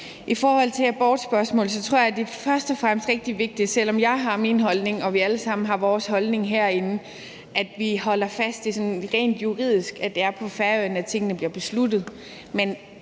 I forhold til abortspørgsmålet tror jeg at det først og fremmest er rigtig vigtigt, selv om jeg har min holdning og vi alle sammen har vores holdning herinde, at vi sådan rent juridisk holder fast i, at det er på Færøerne, tingene bliver besluttet.